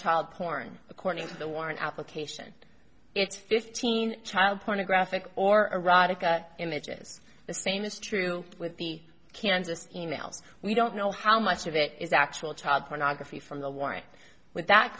child porn according to the warren application it's fifteen child porn a graphic or erotica images the same is true with the kansas e mails we don't know how much of it is actual child pornography from the war and with that